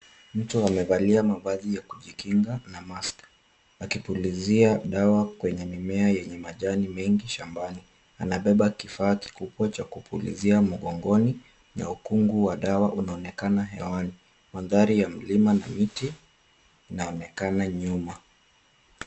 Mtu amevalia mavazi ya kujikinga na mask , akipulizia dawa kwenye mimea yenye majani mengi shambani. Anabeba kifaa kikubwa cha kupulizia mgongoni na ukungu wa dawa unaonekana hewani. Mandhari ya milima na miti inaonekana nyuma.